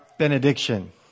Benediction